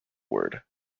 word